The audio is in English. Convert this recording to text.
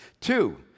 Two